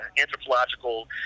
anthropological